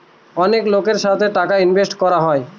অনেক লোকের সাথে টাকা ইনভেস্ট করা হয়